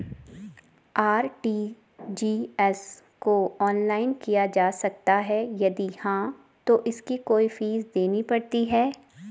RTGS को online किया जा सकता है यदि हाँ तो इसकी कोई फीस देनी पड़ती है?